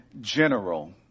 general